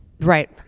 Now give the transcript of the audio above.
Right